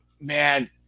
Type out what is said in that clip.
Man